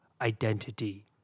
identity